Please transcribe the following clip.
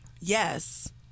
Yes